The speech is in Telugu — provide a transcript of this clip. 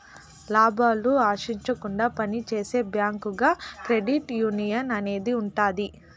లాభాలు ఆశించకుండా పని చేసే బ్యాంకుగా క్రెడిట్ యునియన్ అనేది ఉంటది